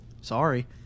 Sorry